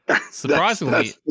Surprisingly